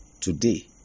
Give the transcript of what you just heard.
today